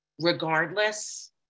Regardless